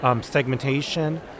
segmentation